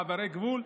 מעברי גבול,